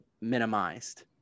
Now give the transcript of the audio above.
minimized